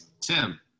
Tim